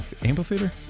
Amphitheater